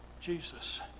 Jesus